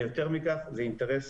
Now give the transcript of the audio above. ויותר מכך זה האינטרס